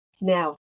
now